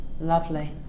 Lovely